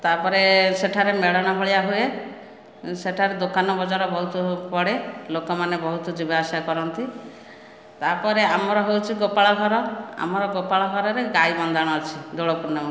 ତା'ପରେ ସେଠାରେ ମେଳଣ ଭଳିଆ ହୁଏ ସେଠାରେ ଦୋକାନ ବଜାର ବହୁତ ପଡ଼େ ଲୋକମାନେ ବହୁତ ଯିବା ଆସିବା କରନ୍ତି ତା'ପରେ ଆମର ହେଉଛି ଗୋପାଳ ଘର ଆମର ଗୋପାଳ ଘରରେ ଗାଈ ବନ୍ଦାଣ ଅଛି ଦୋଳ ପୂର୍ଣ୍ଣମୀକୁ